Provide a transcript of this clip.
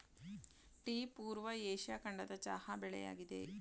tea ಪೂರ್ವ ಏಷ್ಯಾ ಖಂಡದ ಚಹಾ ಬೆಳೆಯಾಗಿದೆ